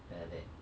tell her that